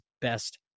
best